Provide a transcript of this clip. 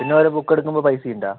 പിന്നെ ഓരോ ബുക്ക് എടുക്കുമ്പോൾ പൈസ ഉണ്ടോ